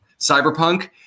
cyberpunk